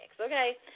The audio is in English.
okay